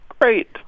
Great